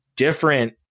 different